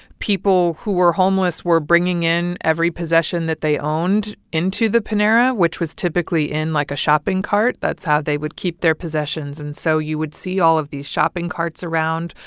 people who were homeless were bringing in every possession that they owned into the panera, which was typically in, like, a shopping cart. that's how they would keep their possessions and so you would see all of these shopping carts around,